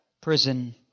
prison